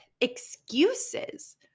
excuses